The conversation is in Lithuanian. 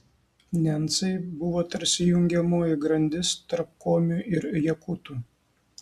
nencai buvo tarsi jungiamoji grandis tarp komių ir jakutų